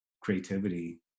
creativity